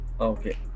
Okay